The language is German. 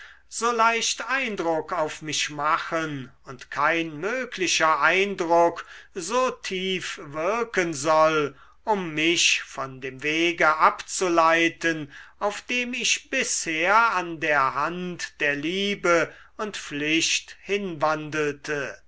so leicht eindruck auf mich machen und kein möglicher eindruck so tief wirken soll um mich von dem wege abzuleiten auf dem ich bisher an der hand der liebe und pflicht hinwandelte